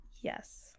Yes